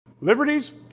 Liberties